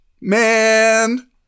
man